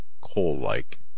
coal-like